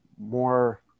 more